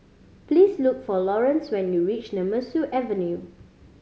please look for Laurence when you reach Nemesu Avenue